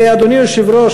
ואדוני היושב-ראש,